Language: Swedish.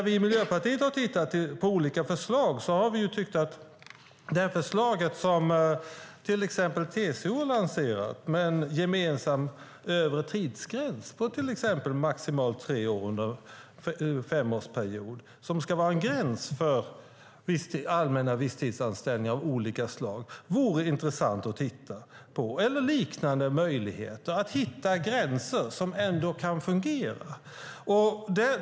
Vi i Miljöpartiet har tittat på olika förslag och har tyckt att det förslag som till exempel TCO lanserar om en gemensam övre tidsgräns på till exempel maximalt tre år under en femårsperiod för allmänna visstidsanställningar av olika slag eller liknande möjligheter vore intressant att titta på, att hitta gränser som kan fungera.